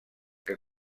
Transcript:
que